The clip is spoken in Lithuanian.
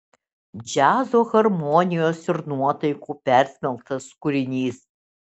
džiazo harmonijos ir nuotaikų persmelktas kūrinys